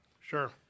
sure